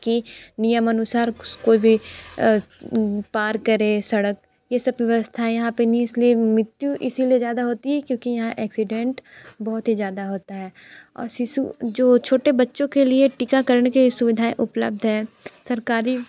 कि नियम अनुसार कोई भी पार करे सड़क ये सब व्यवस्थाएँ यहाँ पे नहीं इस लिए मृत्यु इसी लिए ज़्यादा होती क्योंकि यहाँ एक्सीडेंट बहुत ही ज़्यादा होती है और शिशु जो छोटे बच्चों के लिए टीकाकरण की सुविधाएँ उपलब्ध है सरकारी